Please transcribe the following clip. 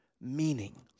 meaning